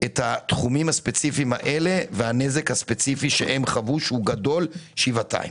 את התחומים הספציפיים האלה והנזק הספציפי שהם חוו שהוא גדול שבעתיים.